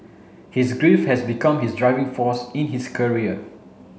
his grief has become his driving force in his career